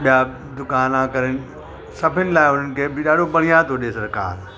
ॿियां दुकाना करणु सभिनि लाइ उन्हनि खे बि ॾाढो बढ़िया थो ॾिए सरकारि